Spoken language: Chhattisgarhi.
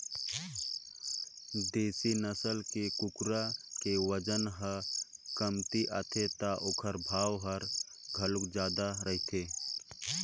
देसी नसल के कुकरा के बजन ह कमती आथे त ओखर भाव ह घलोक जादा रहिथे